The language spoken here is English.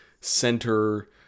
center